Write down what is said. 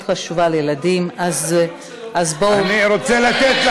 אתה מדבר פה על גזענות, אבל אתה, אני אתן לך.